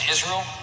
Israel